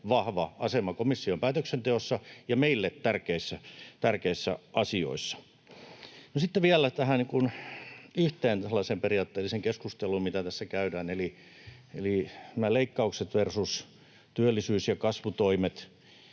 vahva asema komission päätöksenteossa ja meille tärkeissä asioissa. No, sitten vielä tähän yhteen tällaiseen periaatteelliseen keskusteluun, mitä tässä käydään, eli nämä leikkaukset versus työllisyys- ja kasvutoimet: